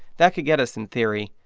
that could get us, in theory,